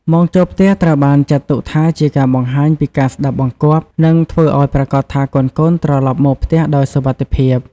ម៉ោងចូលផ្ទះត្រូវបានចាត់ទុកថាជាការបង្ហាញពីការស្ដាប់បង្គាប់ និងធ្វើឱ្យប្រាកដថាកូនៗត្រឡប់មកផ្ទះដោយសុវត្ថិភាព។